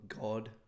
God